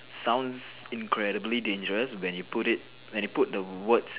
sounds incredible dangerous when you put it when you put the words